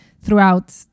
throughout